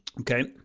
Okay